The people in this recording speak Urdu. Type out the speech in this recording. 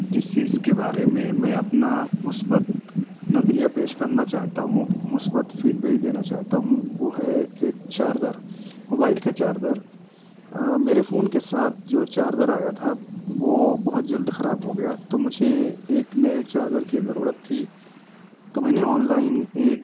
جس چیز کے بارے میں میں اپنا مثبت نظریہ پیش کرنا چاہتا ہوں مثبت فیڈبیک دینا چاہتا ہوں وہ ہے ایک چارجر موبائل کا چارجر میرے فون کے ساتھ جو چارجر آیا تھا وہ بہت جلد خراب ہو گیا تو مجھے ایک نئے چارجر کی ضرورت تھی تو میں نے آنلائن ایک